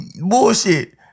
Bullshit